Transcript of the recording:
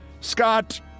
Scott